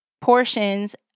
portions